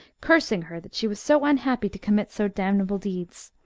cursing her that she was so unhappy to commit so damnable deeds.